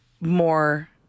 more